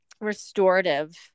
restorative